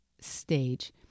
stage